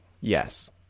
yes